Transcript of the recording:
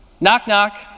knock-knock